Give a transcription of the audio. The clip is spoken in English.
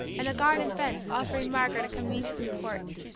and a garden fence offering margaret a convenient support,